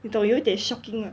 你懂有点 shocking mah